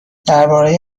درباره